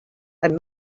and